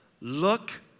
Look